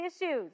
issues